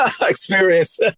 experience